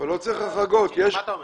בדיון הקודם,